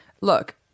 Look